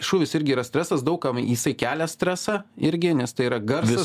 šūvis irgi yra stresas daug kam jisai kelia stresą irgi nes tai yra garsas